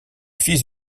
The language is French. fils